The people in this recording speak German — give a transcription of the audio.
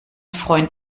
freund